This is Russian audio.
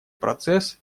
процесс